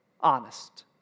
honest